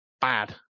bad